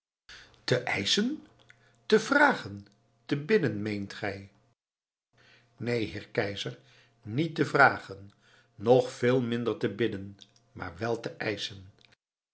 te eischen te vragen te bidden meent gij neen heer keizer niet te vragen nog veel minder te bidden maar wel te eischen